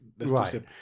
Right